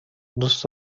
دوست